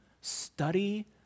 study